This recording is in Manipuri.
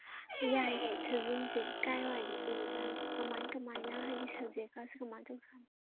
ꯌꯥꯏꯌꯦ ꯊꯥꯖꯤꯟꯁꯦ ꯀꯥꯏ ꯋꯥꯏꯗ ꯑꯣꯏꯖꯥꯠꯅꯣ ꯀꯃꯥꯏꯅ ꯀꯃꯥꯏꯅ ꯍꯥꯏꯗꯤ ꯁꯕꯖꯦꯛꯀꯁꯦ ꯀꯃꯥꯏꯅ ꯇꯧꯖꯥꯠꯅꯣ